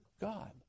God